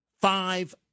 five